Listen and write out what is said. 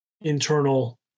internal